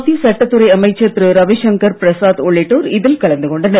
மத்திய சட்டத்துறை அமைச்சர் திரு ரவிசங்கர் பிரசாத் உள்ளிட்டோர் இதில் கலந்து கொண்டனர்